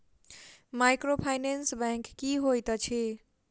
Microfinance bank की होइत अछि?